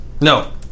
No